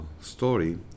story